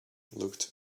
looked